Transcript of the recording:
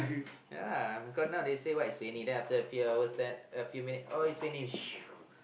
ya cause now they say what it's raining